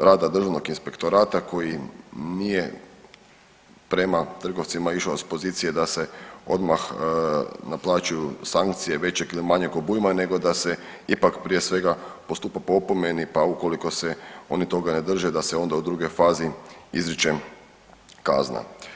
rada Državnog inspektorata koji nije prema trgovcima išao s pozicije da se odmah naplaćuju sankcije većeg ili manjeg obujma nego da se ipak prije svega postupa po opomeni pa ukoliko se oni toga ne drže da se onda u drugoj fazi izriče kazna.